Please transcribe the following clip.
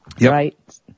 Right